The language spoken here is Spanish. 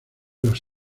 los